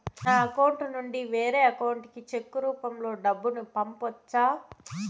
నా అకౌంట్ నుండి వేరే అకౌంట్ కి చెక్కు రూపం లో డబ్బును పంపొచ్చా?